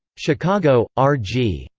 chicago r g.